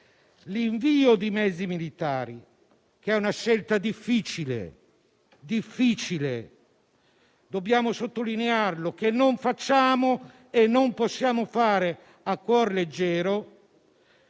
L'invio di mezzi militari, che è una scelta difficile - dobbiamo sottolinearlo - che non facciamo e non possiamo fare a cuor leggero,